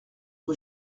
rue